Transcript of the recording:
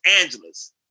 Angeles